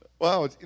Wow